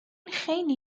خیلی